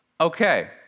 Okay